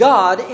God